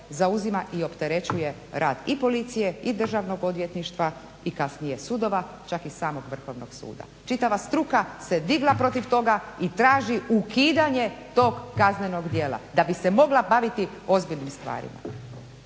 zauzima i opterećuje rad i policije i Državnog odvjetništva kasnije sudova čak i samog Vrhovnog suda. Čitava struka se digla protiv toga i traži ukidanje tog kaznenog djela da bi se mogla baviti ozbiljnim stvarima.